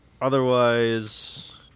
otherwise